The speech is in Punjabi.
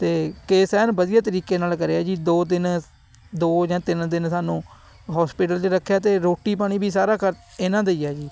ਅਤੇ ਕੇਸ ਐਨ ਵਧੀਆ ਤਰੀਕੇ ਨਾਲ ਕਰਿਆ ਜੀ ਦੋ ਦਿਨ ਦੋ ਜਾਂ ਤਿੰਨ ਦਿਨ ਸਾਨੂੰ ਹੋਸਪਿਟਲ 'ਚ ਰੱਖਿਆ ਅਤੇ ਰੋਟੀ ਪਾਣੀ ਵੀ ਸਾਰਾ ਖਰ ਇਹਨਾਂ ਦਾ ਹੀ ਹੈ ਜੀ